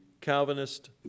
Calvinist